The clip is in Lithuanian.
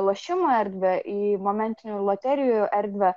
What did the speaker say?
lošimo erdvę į momentinių loterijų erdvę